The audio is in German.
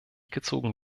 gezogen